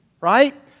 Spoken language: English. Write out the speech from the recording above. right